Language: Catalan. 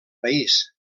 país